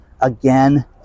again